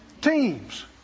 teams